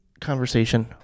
conversation